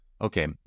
Okay